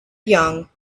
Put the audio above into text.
young